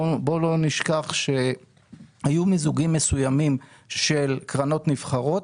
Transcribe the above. בואו לא נשכח שהיו מיזוגים מסוימים של קרנות נבחרות,